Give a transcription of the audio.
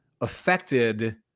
affected